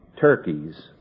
turkeys